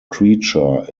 creature